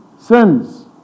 sins